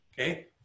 okay